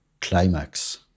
climax